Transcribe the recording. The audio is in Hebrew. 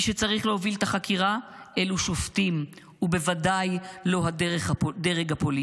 מי שצריך להוביל את החקירה אלו שופטים ובוודאי לא הדרג הפוליטי.